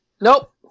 Nope